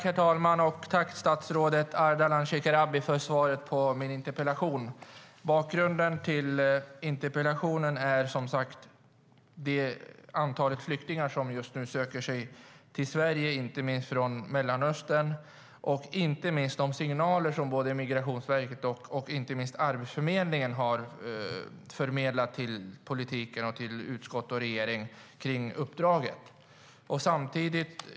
Herr talman! Jag vill tacka statsrådet Ardalan Shekarabi för svaret på min interpellation. Bakgrunden till interpellationen är som sagt antalet flyktingar som just nu söker sig till Sverige, inte minst från Mellanöstern, och särskilt de signaler som både Migrationsverket och Arbetsförmedlingen har förmedlat till politiken, utskottet och regeringen om uppdraget.